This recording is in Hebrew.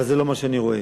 אבל זה לא מה שאני רואה.